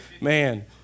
Man